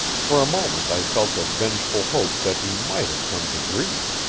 for a moment i felt a vengeful hope that he might have come to grief.